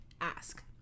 ask